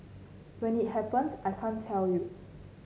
when it happens I can't tell you